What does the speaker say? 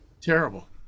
Terrible